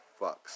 fucks